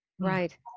Right